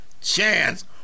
chance